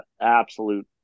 absolute